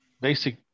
basic